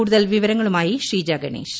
കൂടുതൽ വിവരങ്ങളുമായി ഷീജ ഗണേഷ്